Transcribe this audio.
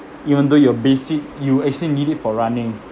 even though your basic you actually need it for running